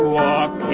walk